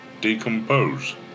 decompose